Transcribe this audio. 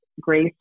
Grace